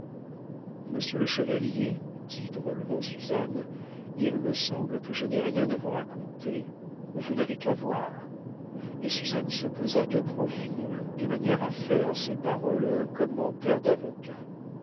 monsieur le chevalier dit drôlement suzanne il me semble que je n'ai rien à vous raconter vous n'avez qu'à voir et suzanne se posa de profil de manière à faire à ses paroles un commentaire d'avocat